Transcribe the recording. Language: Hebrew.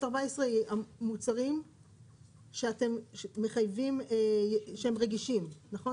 תוספת 14 היא על מוצרים שמחייבים שהם רגישים נכון?